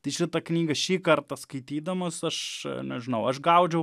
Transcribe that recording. tai šitą knygą šį kartą skaitydamas aš nežinau aš gaudžiau